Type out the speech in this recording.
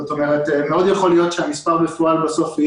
זאת אומרת,